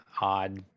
odd